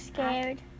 Scared